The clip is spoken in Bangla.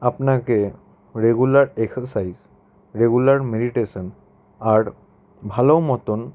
আপনাকে রেগুলার এক্সারসাইজ রেগুলার মেডিটেশান আর ভালো মতন